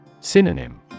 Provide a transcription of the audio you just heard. Synonym